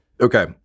Okay